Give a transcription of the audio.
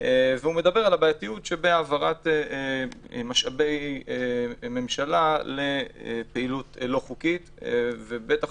והוא מדבר על הבעייתיות שבהעברת משאבי ממשלה לפעילות לא חוקית ובטח